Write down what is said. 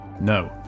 no